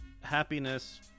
Happiness